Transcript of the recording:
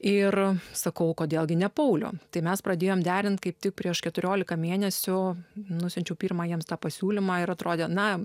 ir sakau kodėl gi ne paulių tai mes pradėjome derinti kaip tik prieš keturiolika mėnesių nusiunčiau pirmą jiems tą pasiūlymą ir atrodė na